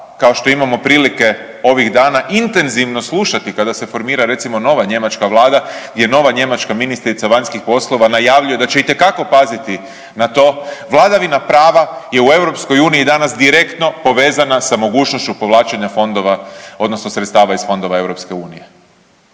kao što imamo prilike ovih dana intenzivno slušati kada se formira recimo nova Njemačka Vlada, jer nova Njemačka ministrica vanjskih poslova najavljuje da će itekako paziti na to. Vladavina prava je u Europskoj uniji danas direktno povezana sa mogućnošću povlačenja Fondova, odnosno sredstava iz Fondova